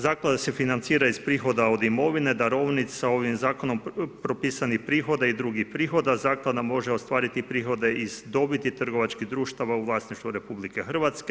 Zaklada se financira iz prihoda od imovine, darovnica, ovim zakonom propisanih prihoda i drugih prihoda zaklada može ostvariti prihode iz dobiti trgovačkih društava u vlasništvu RH.